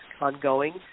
ongoing